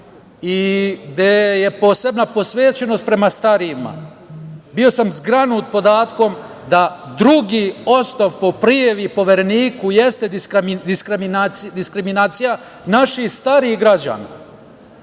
gde je posebna posvećenost prema starijima, bio sam zgranut podatkom da drugi osnov za prijavi Povereniku jeste diskriminacija naših starijih građana.